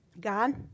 God